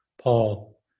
Paul